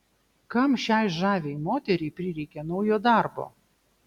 kam šiai žaviai moteriai prireikė naujo darbo